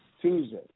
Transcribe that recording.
Tuesday